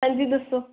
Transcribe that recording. ਹਾਂਜੀ ਦੱਸੋ